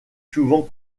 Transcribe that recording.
souvent